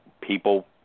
people